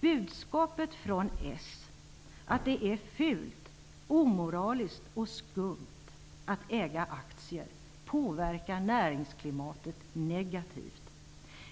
Budskapet från socialdemokraterna att det är fult, omoraliskt och skumt att äga aktier påverkar näringsklimatet negativt.